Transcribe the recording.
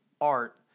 art